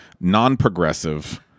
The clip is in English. non-progressive